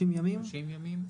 30 ימים?